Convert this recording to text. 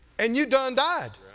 and you done died.